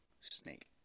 Snake